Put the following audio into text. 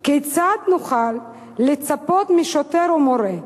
כיצד נוכל לצפות משוטר או מורה,